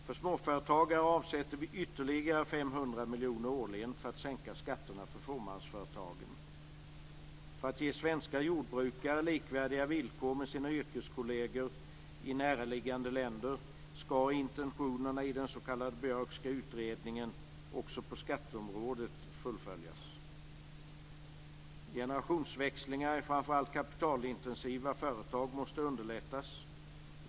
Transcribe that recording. För småföretagare avsätter vi ytterligare 500 miljoner årligen för att sänka skatterna för fåmansföretagen. För att ge svenska jordbrukare och deras yrkeskolleger i näraliggande länder likvärdiga villkor skall intentionerna i den s.k. Björkska utredningen fullföljas också på skatteområdet. Generationsväxlingar i framför allt kapitalintensiva företag måste underlättas.